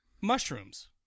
mushrooms